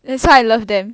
that's why I love them